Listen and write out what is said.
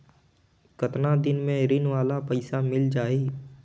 कतना दिन मे ऋण वाला पइसा मिल जाहि?